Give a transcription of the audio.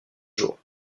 jours